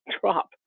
drop